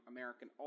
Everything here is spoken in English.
American